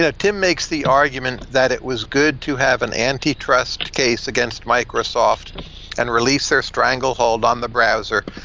ah tim makes the argument that it was good to have an antitrust case against microsoft and release their stranglehold on the browser,